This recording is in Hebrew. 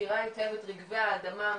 מכירה היטב את רגבי האדמה,